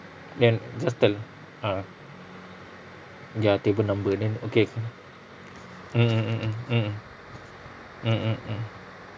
then just tell ah their table number then okay mmhmm mmhmm mmhmm mmhmm mm